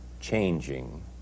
changing